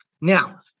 Now